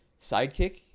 sidekick